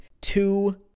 two